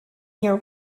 near